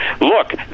Look